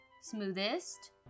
smoothest